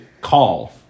call